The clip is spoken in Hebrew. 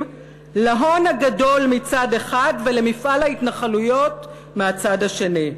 להון הגדול מצד אחד ולמפעל ההתנחלויות מהצד השני.